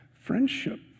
friendship